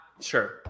Sure